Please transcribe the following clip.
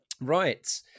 Right